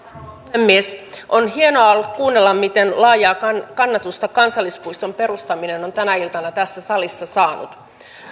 puhemies on hienoa ollut kuunnella miten laajaa kannatusta kansallispuiston perustaminen on tänä iltana tässä salissa saanut